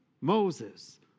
Moses